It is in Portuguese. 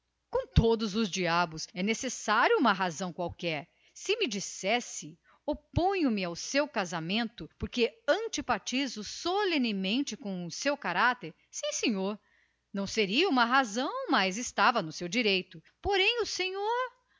todos os diabos é necessária uma razão qualquer é justo mas se me dissesse oponho me ao casamento porque antipatizo solenemente com o seu caráter sim senhor não seria uma razão plausível mas estaria no seu direito de pai mas o senhor